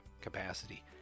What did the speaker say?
capacity